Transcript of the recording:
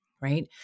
Right